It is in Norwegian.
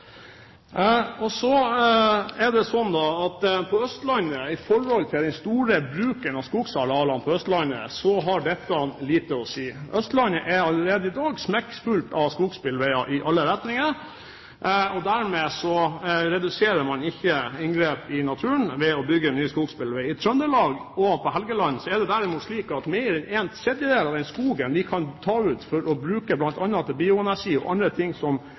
det gjelder den store bruken av skogsarealene på Østlandet, har dette lite å si. Østlandet er allerede i dag smekkfullt av skogsbilveier i alle retninger. Dermed reduserer man ikke inngrep i naturen ved å bygge nye skogsbilveier. I Trøndelag og på Helgeland er det derimot slik at mer enn en tredjedel av den skogen vi kan ta ut for å bruke til bl.a. bioenergi og andre ting som